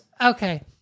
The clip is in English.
Okay